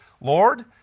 Lord